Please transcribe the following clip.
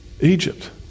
Egypt